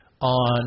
on